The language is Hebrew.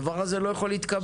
הדבר הזה לא יכול להתקבל.